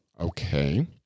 okay